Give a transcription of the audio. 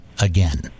again